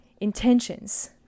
intentions